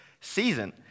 season